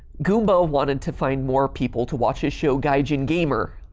goomba wanted to find more people to watch his show gaijin gamer,